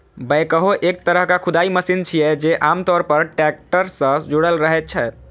backhoe एक तरहक खुदाइ मशीन छियै, जे आम तौर पर टैक्टर सं जुड़ल रहै छै